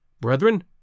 Brethren